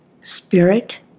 spirit